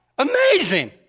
Amazing